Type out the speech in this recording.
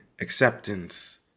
acceptance